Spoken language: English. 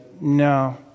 no